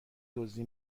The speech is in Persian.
دزدی